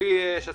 תהיה לפי ענפים,